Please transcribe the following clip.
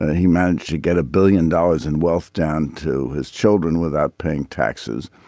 and he managed to get a billion dollars in wealth down to his children without paying taxes.